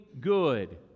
good